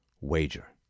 wager